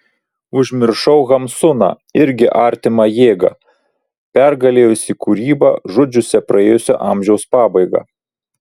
užmiršau hamsuną irgi artimą jėgą pergalėjusį kūrybą žudžiusią praėjusio amžiaus pabaigą